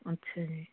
ਅੱਛਿਆ ਜੀ